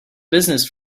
business